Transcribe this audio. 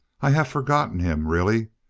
i have forgotten him, really.